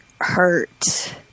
hurt